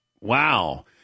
wow